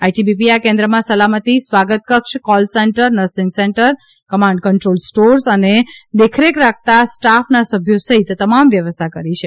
આઇટીબીપીએ આ કેન્દ્રમાં સલામતી સ્વાગતકક્ષ call centre nursing station command control stores અને દેખરેખ રાખતા સ્ટાફના સભ્યો સહિત તમામ વ્યવસ્થા કરી છે